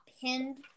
pinned